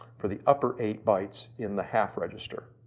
for the upper eight bytes in the half register.